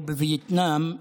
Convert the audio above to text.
או בווייטנאם,